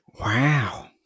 Wow